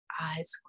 Eyes